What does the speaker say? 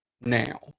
now